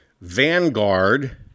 Vanguard